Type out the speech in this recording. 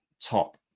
top